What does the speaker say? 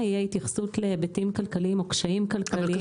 יהיה התייחסות להיבטים כלכליים או קשיים כלכליים.